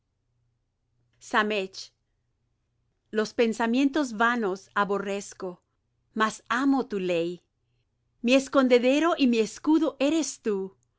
los pensamientos vanos aborrezco mas amo tu ley mi escondedero y mi escudo eres tú